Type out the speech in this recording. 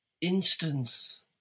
instance